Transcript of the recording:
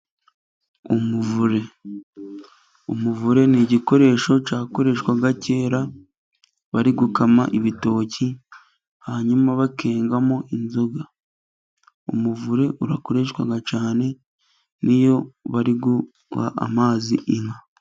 Umuvure, umuvure ni igikoresho cyakoreshwaga kera bari gukama ibitoki, hanyuma bakengamo inzoga. Umuvure urakoreshwa cyane niyo bariguha amazi inka.